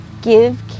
give